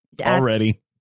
already